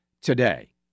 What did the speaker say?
today